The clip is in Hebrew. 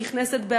שנכנסת,